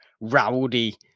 rowdy